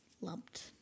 lumped